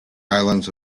islands